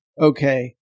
okay